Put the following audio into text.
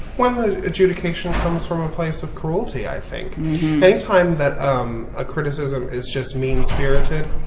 when adjudication comes from a place of cruelty, i think. any time that um a criticism is just mean-spirited,